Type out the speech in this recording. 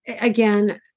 again